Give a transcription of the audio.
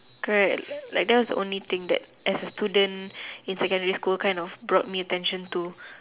correct like that was the only thing that as a student in secondary school kind of brought me attention to